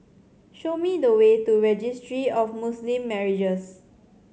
show me the way to Registry of Muslim Marriages